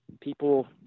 people –